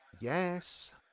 Yes